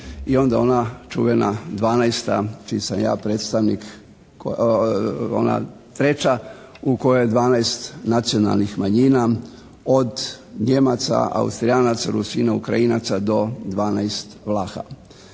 I onda ona čuvena 12. čiji sam ja predstavnik, ona 3. u kojoj je 12 nacionalnih manjina od Nijemaca, Austrijanaca, Rusina, Ukrajinaca do 12 Vlaha.